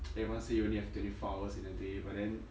everyone say you only have twenty four hours in a day but then